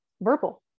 verbal